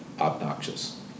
obnoxious